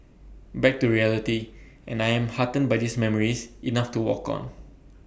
back to reality and I am heartened by these memories enough to walk on